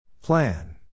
Plan